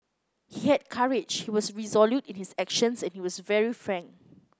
he had courage he was resolute in his actions and he was very frank